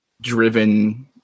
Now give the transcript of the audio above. driven